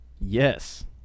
Yes